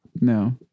No